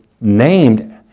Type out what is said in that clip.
named